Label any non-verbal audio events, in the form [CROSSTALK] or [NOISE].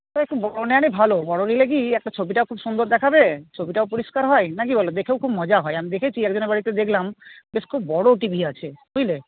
[UNINTELLIGIBLE] একটু বড় নেওয়াটাই ভালো বড় নিলে কী একটা ছবিটা খুব সুন্দর দেখাবে ছবিটাও পরিষ্কার হয় না কি বল দেখেও খুব মজা হয় আমি দেখেছি একজনের বাড়িতে দেখলাম বেশ খুব বড় টি ভি আছে বুঝলে